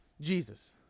Jesus